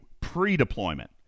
pre-deployment